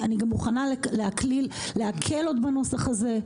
אני גם מוכנה להקל עוד בנוסח הזה,